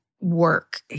work